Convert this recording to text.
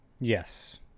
Yes